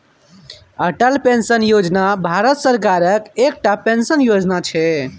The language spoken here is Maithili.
अटल पेंशन योजना भारत सरकारक एकटा पेंशन योजना छै